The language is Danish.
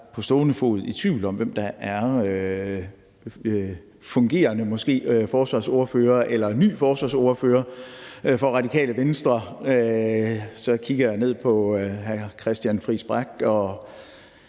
på stående fod i tvivl om, hvem der er fungerende forsvarsordfører eller måske ny forsvarsordfører for Radikale Venstre. Nu kigger jeg ned på hr. Christian Friis Bach og